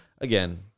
again